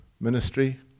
ministry